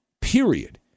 period